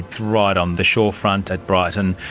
it's right on the shore front at brighton,